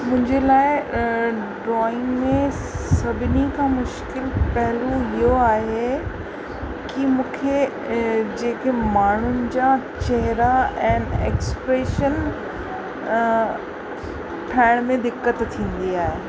मुंहिंजे लाइ ड्रॉईंग में सभिनी खां मुश्किलु पहिलू इहो आहे की मूंखे जेके माण्हुनि जा चहिरा एंड एक्सप्रेशन ठाहिण में दिक़त थींदी आहे